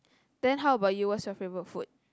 then how about you what's your favourite food